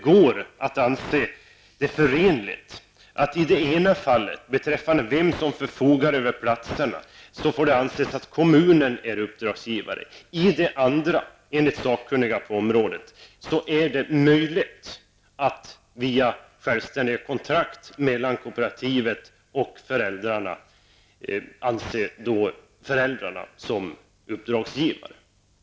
Kan det anses förenligt att i det ena fallet -- beträffande vem som förfogar över platserna -- är kommunerna uppdragsgivare och i det andra fallet, enligt sakkunniga på området, är det möjligt att via självständiga kontrakt mellan kooperativet och föräldrarna anse föräldrarna som uppdragsgivare?